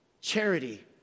charity